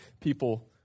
people